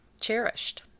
cherished